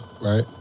right